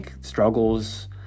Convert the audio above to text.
struggles